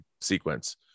sequence